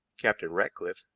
captain ratcliffe,